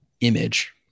image